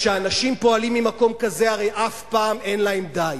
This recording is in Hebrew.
כשאנשים פועלים ממקום כזה, הרי אף פעם אין להם די,